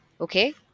Okay